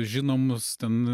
žinomus ten